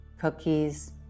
cookies